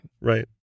Right